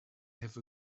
have